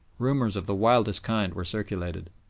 rumours of the wildest kind were circulated.